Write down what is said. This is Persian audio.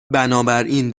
بنابراین